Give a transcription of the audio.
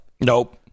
Nope